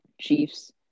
Chiefs